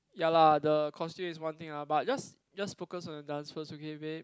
ya lah the costume is one thing ah but just just focus on your dance first okay babe